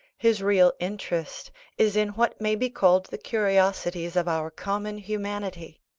his real interest is in what may be called the curiosities of our common humanity.